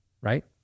Right